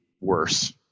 worse